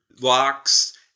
locks